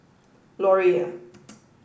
Laurier